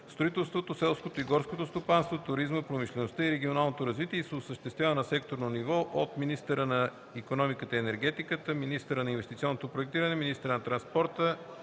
строителството, селското и горското стопанство, туризма, промишлеността и регионалното развитие и се осъществява на секторно ниво от министъра на икономиката и енергетиката, министъра на инвестиционното проектиране, министъра на транспорта,